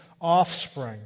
offspring